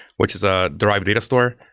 which is a derived data store.